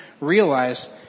realize